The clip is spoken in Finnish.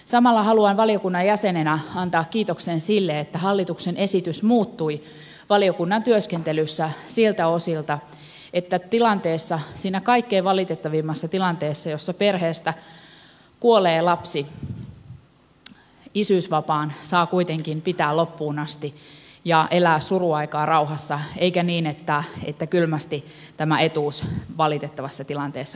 samalla haluan valiokunnan jäsenenä antaa kiitoksen siitä että hallituksen esitys muuttui valiokunnan työskentelyssä siltä osin että tilanteessa siinä kaikkein valitettavimmassa tilanteessa jossa perheestä kuolee lapsi isyysvapaan saa kuitenkin pitää loppuun asti ja elää suruaikaa rauhassa eikä niin että kylmästi tämä etuus valitettavassa tilanteessa katkaistaisiin